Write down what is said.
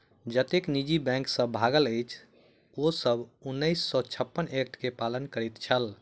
जतेक निजी बैंक सब भागल अछि, ओ सब उन्नैस सौ छप्पन एक्ट के पालन करैत छल